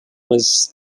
was